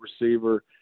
receiver